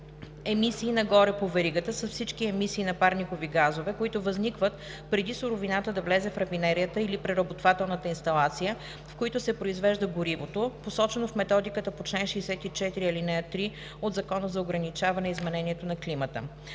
„Емисии нагоре по веригата“ са всички емисии на парникови газове, които възникват преди суровината да влезе в рафинерията или преработвателната инсталация, в които се произвежда горивото, посочено в методиката по чл. 64, ал. 3 от Закона за ограничаване изменението на климата.